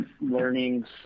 learnings